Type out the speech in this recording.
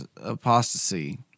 apostasy